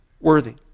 worthy